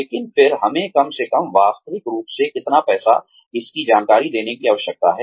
लेकिन फिर हमें कम से कम वास्तविक रूप से कितना पैसा है इसकी जानकारी देने की आवश्यकता है